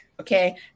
Okay